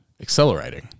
accelerating